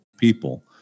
people